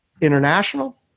International